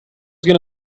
going